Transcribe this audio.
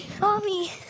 Mommy